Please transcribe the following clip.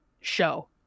show